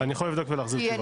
אני יכול לבדוק ולהחזיר תשובה.